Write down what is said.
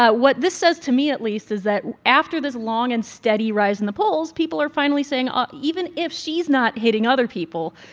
ah what this says, to me at least, is that after this long and steady rise in the polls, people are finally saying even if she's not hitting other people,